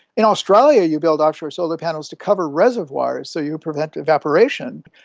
in australia you build offshore solar panels to cover reservoirs, so you prevent evaporation.